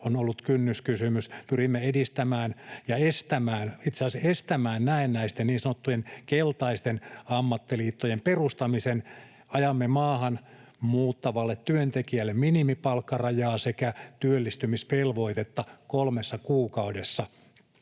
on ollut kynnyskysymys. Pyrimme estämään näennäisten, niin sanottujen keltaisten ammattiliittojen perustamisen, ajamme maahan muuttavalle työntekijälle minimipalkkarajaa sekä työllistymisvelvoitetta kolmessa kuukaudessa